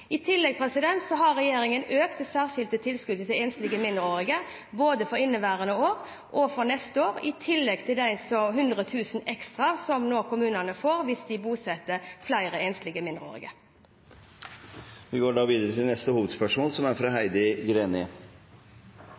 både for inneværende år og for neste år, i tillegg til de 100 000 ekstra som kommunene nå får hvis de bosetter flere enslige mindreårige. Vi går videre til neste hovedspørsmål. Mandag gikk det ut brev fra